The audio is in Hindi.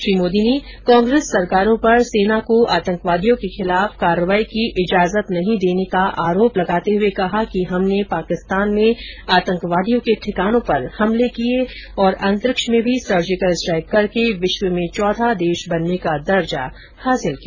श्री मोदी ने कांग्रेस सरकारों पर सेना को आतंकवादियों के खिलाफ कार्रवाई की इजाजत नहीं देने का आरोप लगाते हए कहा कि हमने पाकिस्तान में आतंकवादियों के ठिकानों पर हमले किये तथा अंतरिक्ष में भी सर्जिकल स्ट्राइक करके विश्व में चौथा देश बनने का दर्जा हासिल किया